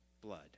blood